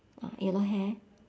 uh yellow hair